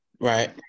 Right